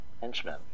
henchman